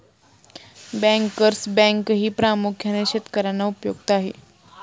bankers बँकही प्रामुख्याने शेतकर्यांना उपयुक्त आहे